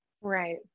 Right